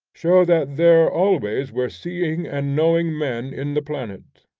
show that there always were seeing and knowing men in the planet.